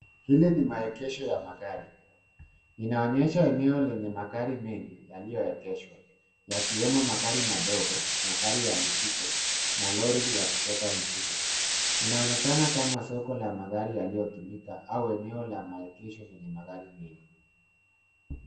Hili ni maegesho ya magari. Inaonyesha eneo lenye magari mengi yaliyoegeshwa yakiwemo magari madogo, magari ya mzigo na lori lya kubeba mizigo. Inaonekana kama soko la magari yaliyotumika au eneo la maegesho lenye magari mengi.